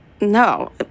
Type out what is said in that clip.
No